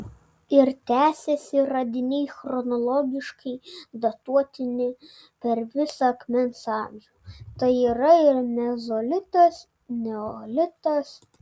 ir tęsiasi radiniai chronologiškai datuotini per visą akmens amžių tai yra ir mezolitas neolitas